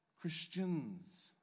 Christians